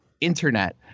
internet